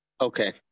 Okay